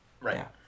Right